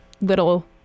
little